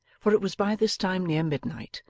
for it was by this time near midnight,